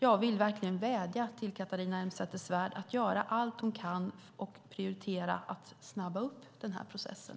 Jag vill verkligen vädja till Catharina Elmsäter-Svärd att göra allt hon kan och prioritera att snabba på processen.